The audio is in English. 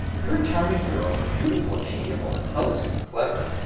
you are a charming girl, beautiful and amiable, intelligent and clever,